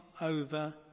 over